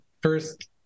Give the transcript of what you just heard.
first